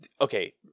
okay